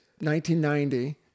1990